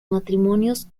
matrimonios